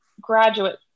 graduate